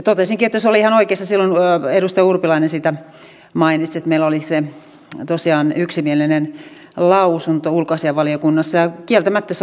työ ja elinkeinoministeriön hallinnonalankin keskeiset huomioon otettavat asiat ovat tiivistettävissä kolmeen pointtiin